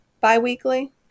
biweekly